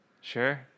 Sure